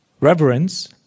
reverence